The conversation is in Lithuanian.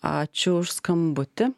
ačiū už skambutį